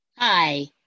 Hi